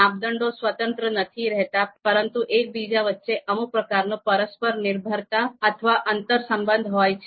માપદંડો સ્વતંત્ર નથી રેહતા પરંતુ એક બીજા વચ્ચે અમુક પ્રકારનો પરસ્પર નિર્ભરતા અથવા આંતર સંબંધ હોય છે